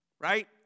right